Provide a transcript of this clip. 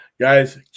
guys